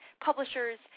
publishers